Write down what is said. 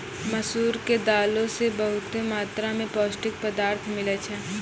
मसूर के दालो से बहुते मात्रा मे पौष्टिक पदार्थ मिलै छै